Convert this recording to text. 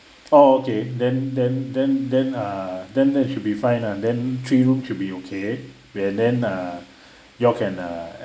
orh okay then then then then ah then that should be fine lah then three room should be okay and then err you all can err